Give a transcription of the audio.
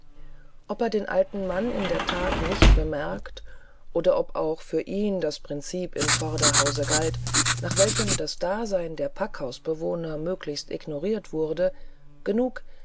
ob er den alten mann in der that nicht bemerkte oder ob auch für ihn das prinzip im vorderhause galt nach welchem das dasein der packhausbewohner möglichst ignoriert wurde genug